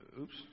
Oops